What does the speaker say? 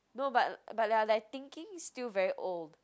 no but but their like thinking still very old